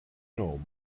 rom